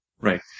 Right